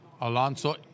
Alonso